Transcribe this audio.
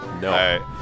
no